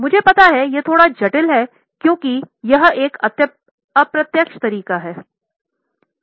मुझे पता है कि यह थोड़ा जटिल है क्योंकि यह एक अप्रत्यक्ष तरीका है यह एक रिवर्स विधि है